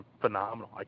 phenomenal